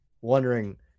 wondering